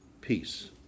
peace